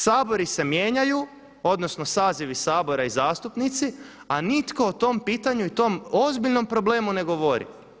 Sabori se mijenjaju, odnosno sazivi Sabora i zastupnici a nitko o tom pitanju i tom ozbiljnom problemu ne govori.